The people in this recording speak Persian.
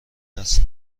است